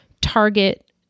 target